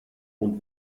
und